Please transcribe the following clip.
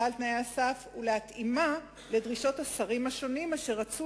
על תנאי הסף ולהתאימה לדרישות השרים השונים אשר רצו